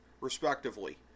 respectively